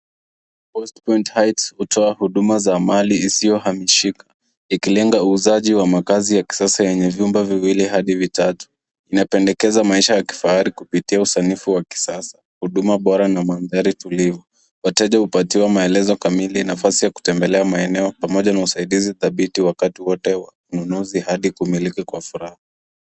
Westpoint Heights hutoa huduma za mali isiyohamishika ikilenga uuzaji wa makazi ya kisasa yenye vyumba viwili hadi vitatu. Inapendekeza maisha ya kifahari kupitia usanifu wa kisasa, huduma bora na mandhari tulivu. Wateja hupatiwa maelezo kamili, nafasi ya kutembelea maeneo pamoja na usaidizi dhabiti wakati wote wa ununuzi hadi kumiliki kwa furaha.